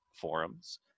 forums